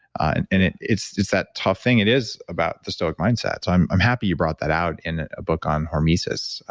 and and it's it's that tough thing. it is about the stoic mindset. so i'm i'm happy you brought that out in a book on hormesis,